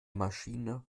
maschine